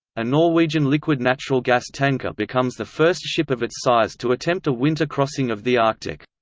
a norwegian liquid natural gas tanker becomes the first ship of its size to attempt a winter crossing of the arctic.